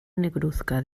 negruzca